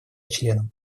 членам